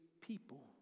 people